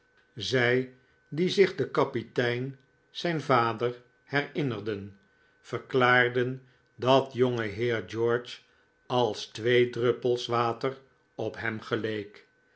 zij die zich den kapitein zijn vader herinnerden verklaarden dat jongeheer george als twee druppels water op hem geleek